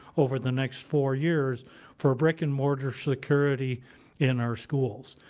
over the next four years for brick and mortar security in our schools.